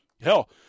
Hell